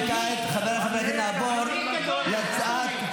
חבר הכנסת ווליד טאהא,